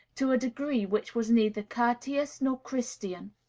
to a degree which was neither courteous nor christian.